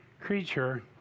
creature